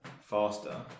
faster